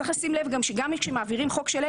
צריך לשים לב שגם כשמעבירים חוק שלם,